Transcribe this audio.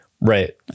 Right